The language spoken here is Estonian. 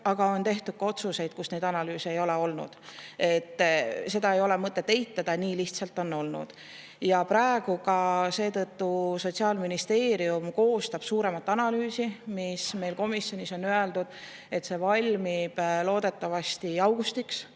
aga on tehtud ka otsuseid, mille puhul neid analüüse ei ole olnud. Seda ei ole mõtet eitada, nii lihtsalt on olnud. Seetõttu koostab Sotsiaalministeerium praegu suuremat analüüsi, mille kohta komisjonis on öeldud, et see valmib loodetavasti augustiks.